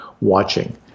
watching